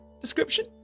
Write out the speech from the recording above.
description